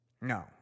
No